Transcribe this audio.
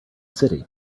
city